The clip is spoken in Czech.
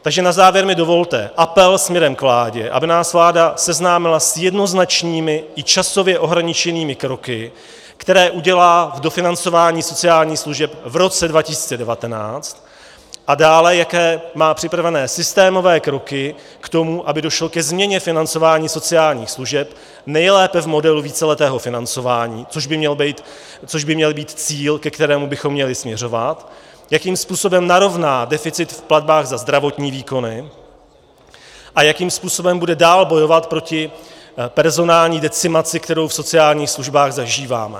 Takže na závěr mi dovolte apel směrem k vládě, aby nás vláda seznámila s jednoznačnými i časově ohraničenými kroky, které udělá k dofinancování sociálních služeb v roce 2019, a dále, jaké má připravené systémové kroky k tomu, aby došlo ke změně financování sociálních služeb, nejlépe v modelu víceletého financování, což by měl být cíl, ke kterému bychom měli směřovat, jakým způsobem narovná deficit v platbách za zdravotní výkony a jakým způsobem bude dál bojovat proti personální decimaci, kterou v sociálních službách zažíváme.